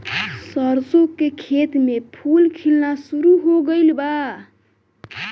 सरसों के खेत में फूल खिलना शुरू हो गइल बा